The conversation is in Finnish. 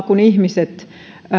kun ihmiset